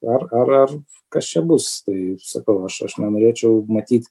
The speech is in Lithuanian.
ar ar ar kas čia bus tai sakau aš aš nenorėčiau matyt